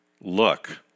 look